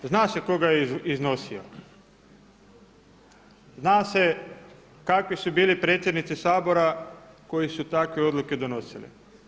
Zna se koga je iznosio, zna se kakvi su bili predsjednici Sabora koji su takve odluke donosili.